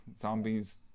Zombies